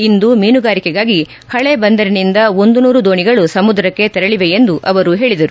ಇಂದು ಮೀನುಗಾರಿಕೆಗಾಗಿ ಹಳೆ ಬಂದರಿನಿಂದ ಒಂದು ನೂರು ದೋಣಿಗಳು ಸಮುದ್ರಕ್ಕೆ ತೆರಳಿವೆ ಎಂದು ಅವರು ಹೇಳಿದರು